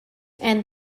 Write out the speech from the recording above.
end